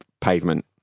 pavement